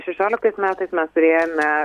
šešioliktais metais mes turėjome